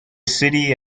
city